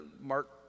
Mark